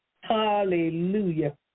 Hallelujah